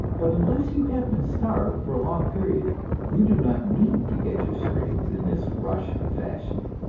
but unless you have been starved for a long period you do not need to get your strength in this rush fashion.